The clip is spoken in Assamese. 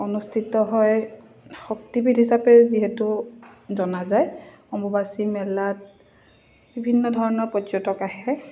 অনুষ্ঠিত হয় শক্তিপীঠ হিচাপে যিহেতু জনা যায় অম্বুবাচী মেলাত বিভিন্ন ধৰণৰ পৰ্যটক আহে